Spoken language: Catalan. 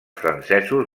francesos